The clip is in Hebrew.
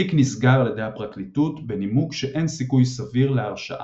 התיק נסגר על ידי הפרקליטות בנימוק שאין סיכוי סביר להרשעה.